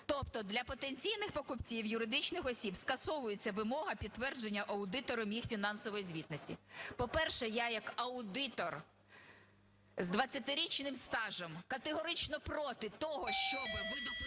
Тобто для потенційних покупців, юридичних осіб, скасовується вимога підтвердження аудитором їх фінансової звітності. По-перше, я як аудитор з 20-річним стажем категорично проти того, щоб ви допускали